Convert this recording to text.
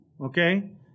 okay